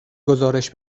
گزارش